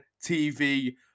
TV